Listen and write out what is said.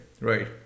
right